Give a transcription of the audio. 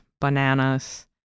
bananas